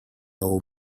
old